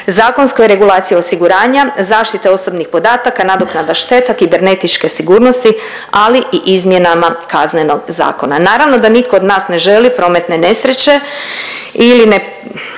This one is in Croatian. zakonskoj regulaciji osiguranja, zaštite osobnih podataka, nadoknada šteta, kibernetičke sigurnosti, ali i izmjenama KZ-a. Naravno da nitko od nas ne želi prometne nesreće ili ne…